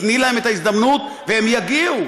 תני להם את ההזדמנות והם יגיעו.